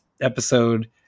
episode